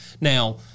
Now